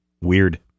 Weird